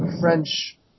French